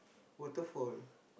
waterfall